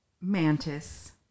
Mantis